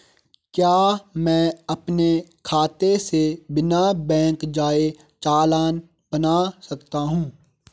क्या मैं अपने खाते से बिना बैंक जाए चालान बना सकता हूँ?